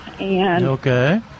Okay